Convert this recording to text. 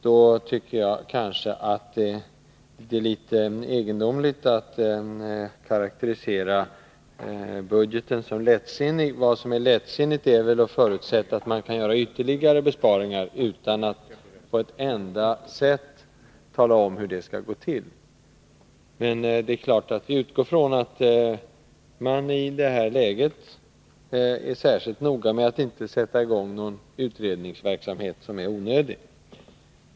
Då är det litet egendomligt att karakterisera budgeten som lättsinnig. Vad som ärlättsinnigt är att förutsätta att det går att göra ytterligare besparingar — utan att på något sätt tala om hur det skall gå till. I det här läget måste man särskilt noga se till att inte onödig utredningsverksamhet sätts i gång.